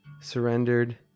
surrendered